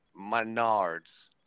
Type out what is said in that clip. Menards